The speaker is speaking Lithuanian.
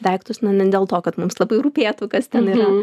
daiktus na ne dėl to kad mums labai rūpėtų kas ten yra